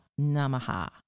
Namaha